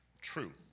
true